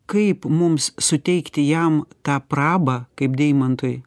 kaip mums suteikti jam tą prabą kaip deimantui